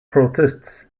protests